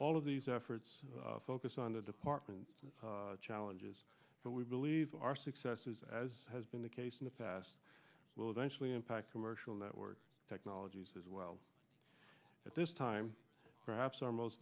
all of these efforts focus on the department challenges but we believe our success is as has been the case in the past will eventually impact commercial network technologies as well at this time perhaps our most